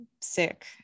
sick